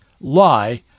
lie